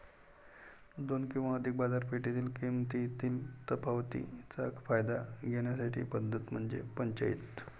दोन किंवा अधिक बाजारपेठेतील किमतीतील तफावतीचा फायदा घेण्याची पद्धत म्हणजे पंचाईत